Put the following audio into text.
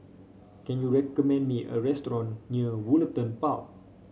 can you recommend me a restaurant near Woollerton Park